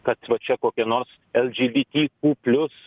kad va čia kokie nors eldžybyty ū plius